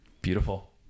beautiful